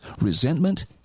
resentment